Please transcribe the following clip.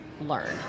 learn